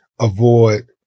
avoid